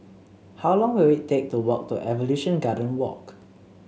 how long will it take to walk to Evolution Garden Walk